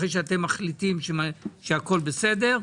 אחרי שאתם מחליטים שהכול בסדר.